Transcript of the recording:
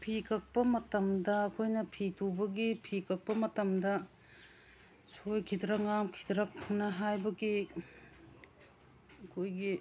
ꯐꯤ ꯀꯛꯄ ꯃꯇꯝꯗ ꯑꯩꯈꯣꯏꯅ ꯐꯤ ꯇꯨꯕꯒꯤ ꯐꯤ ꯀꯛꯄ ꯃꯇꯝꯗ ꯁꯣꯏꯒꯤꯗ꯭ꯔ ꯉꯥꯝꯈꯤꯗ꯭ꯔꯥ ꯑꯅ ꯍꯥꯏꯕꯒꯤ ꯑꯩꯈꯣꯏꯒꯤ